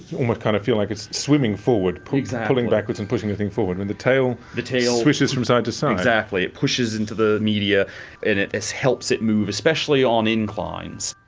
almost kind of feel like it's swimming forward, pulling pulling backwards and pushing the thing forward. and the tail the tail swishes from side to side. exactly, it pushes into the media and it helps it move, especially on inclines.